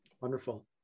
Wonderful